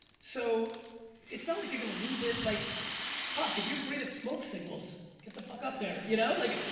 so it's not like you're gonna lose it, like fuck if you're great at smoke signals, get the fuck up there, you know? like,